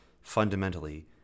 fundamentally